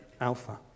Alpha